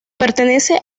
pertenece